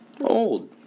old